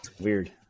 Weird